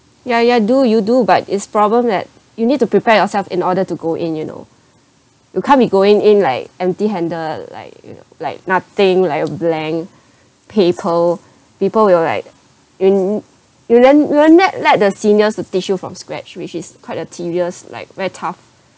ya ya do you do but it's problem that you need to prepare yourself in order to go in you know you can't be going in like empty-handed like you know like nothing like a blank paper people will like you you then learn let let the seniors to teach you from scratch which is quite a tedious like very tough